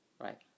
right